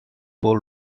bowl